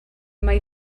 mai